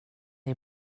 det